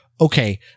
Okay